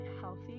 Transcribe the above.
healthy